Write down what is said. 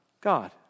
God